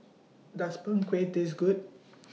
Does Png Kueh Taste Good